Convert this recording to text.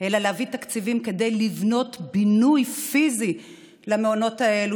אלא להביא תקציבים כדי לבנות בינוי פיזי למעונות האלה,